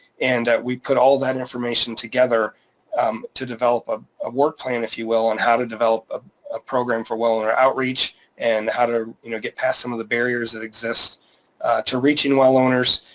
and we put all that information together um to develop a work plan, if you will, and how to develop a a program for well owner outreach and how to you know get past some of the barriers that exist to reaching well owners.